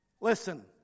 Listen